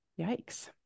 yikes